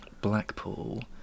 Blackpool